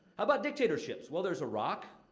about dictatorships? well, there's iraq,